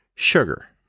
Sugar